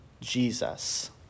Jesus